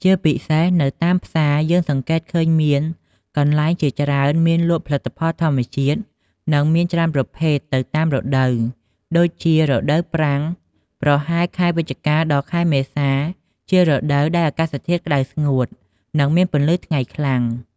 ជាពិសេសនៅតាមផ្សារយើងសង្កេតឃើញថាមានកន្លែងជាច្រើនមានលក់ផលិតផលធម្មជាតិ និងមានច្រើនប្រភេទទៅតាមរដូវ ដូចជារដូវប្រាំងប្រហែលខែវិច្ឆិកា ដល់ ខែមេសា ជារដូវដែលអាកាសធាតុក្តៅស្ងួត និងមានពន្លឺថ្ងៃខ្លាំង។